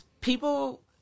people